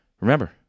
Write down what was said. remember